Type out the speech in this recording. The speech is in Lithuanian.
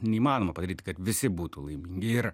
neįmanoma padaryt kad visi būtų laimingi ir